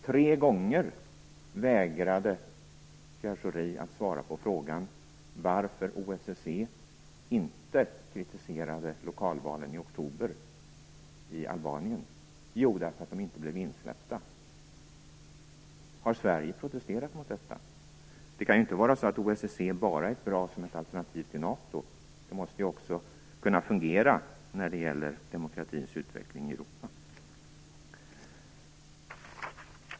Tre gånger vägrade Pierre Schori att svara på frågan varför OSSE inte kritiserade lokalvalen i Albanien i oktober. Det berodde på att OSSE inte blev insläppt. Har Sverige protesterat mot detta? Det kan inte vara så att OSSE bara är bra som ett alternativ till NATO, utan det måste också kunna fungera när det gäller demokratins utveckling i Europa.